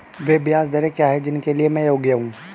वे ब्याज दरें क्या हैं जिनके लिए मैं योग्य हूँ?